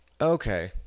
Okay